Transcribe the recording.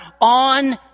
on